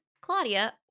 Claudia